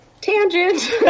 tangent